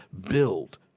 build